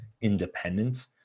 independent